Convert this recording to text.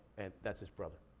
and that's his brother.